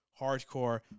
hardcore